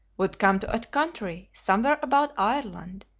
would come to a country somewhere about ireland,